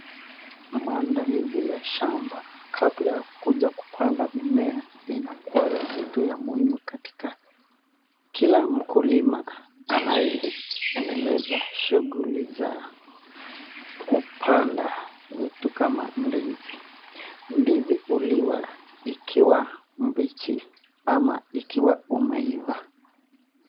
Maandalizi ya shamba kabla ya kuja kupanda mimea inakuwanga kitu ya muhimu katika kila mkulima anayeendeleza shughuli za kupanda vitu kama ndizi. Ndizi huliwa ikiwa mbichi ama ikiwa umeiva.